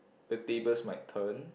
the tables might turn